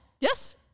yes